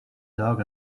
dough